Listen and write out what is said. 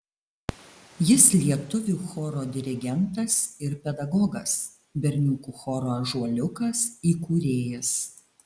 jis lietuvių choro dirigentas ir pedagogas berniukų choro ąžuoliukas įkūrėjas